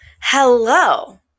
Hello